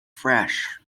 fresh